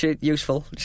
Useful